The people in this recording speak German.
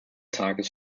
tages